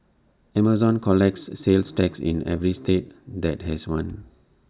Amazon collects sales tax in every state that has one